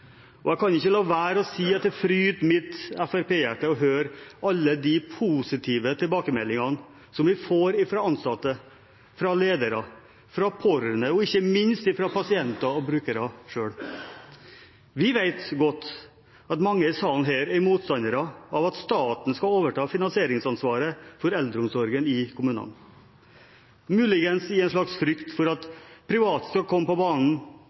og jeg kan ikke la være å si at det fryder mitt FrP-hjerte å høre alle de positive tilbakemeldingene vi får fra ansatte, fra ledere, fra pårørende og ikke minst fra pasienter og brukere selv. Vi vet godt at mange her i salen er motstandere av at staten skal overta finansieringsansvaret for eldreomsorgen i kommunene, muligens i en slags frykt for at private skal komme på banen